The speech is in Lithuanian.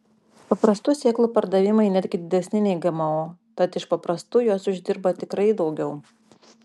paprastų sėklų pardavimai netgi didesni nei gmo tad iš paprastų jos uždirba tikrai daugiau